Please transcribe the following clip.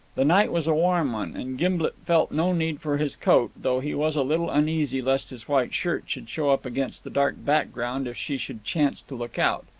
the night was a warm one, and gimblet felt no need for his coat, though he was a little uneasy lest his white shirt should show up against the dark background if she should chance to look out.